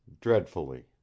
dreadfully